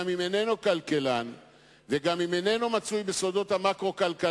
גם אם איננו כלכלן וגם אם איננו מצוי בסודות המקרו-כלכלה,